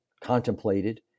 contemplated